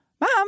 Mom